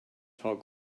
tall